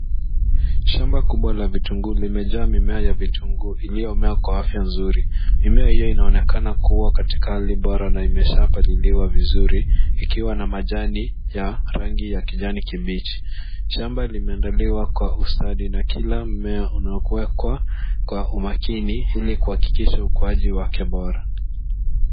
Shamba kubwa la vitunguu limejaa mimea ya vitungu iliyomea kwa afya nzuri. Mimea hiyo inaonekana kuwa katika hali bora na imeshapaliliwa vizuri ikiwa na majani ya rangi ya kijani kibichi. Shamba limeandaliwa kwa ustadi na kila mimea unakuwa kwa umakini ili kuhakikisha ukuwaji wake bora.